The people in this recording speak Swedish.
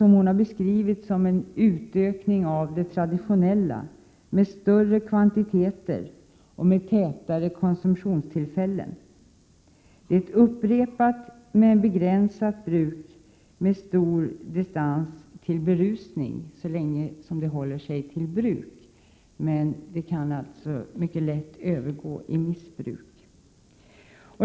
Hon har beskrivit det som en utökning av det traditionella, med större kvantiteter och tätare konsumtionstillfällen. Det är ett upprepat men begränsat bruk med stor distans till berusning, så länge som det håller sig till bruk. Men det kan alltså mycket lätt övergå i missbruk.